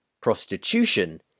prostitution